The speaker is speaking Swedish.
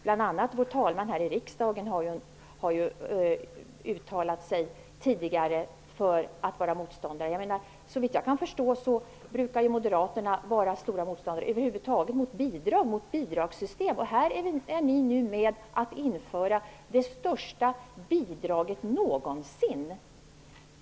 Bl.a. har riksdagens talman tidigare uttalat att hon varit motståndare till ett sådant. Såvitt jag vet brukar moderaterna vara stora motståndare till bidragssystem över huvud taget, men nu är ni med på att införa det största bidraget någonsin.